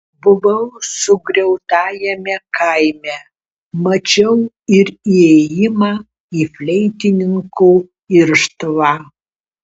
buvau sugriautajame kaime mačiau ir įėjimą į fleitininko irštvą